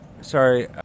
Sorry